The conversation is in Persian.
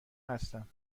هستم